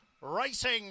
Racing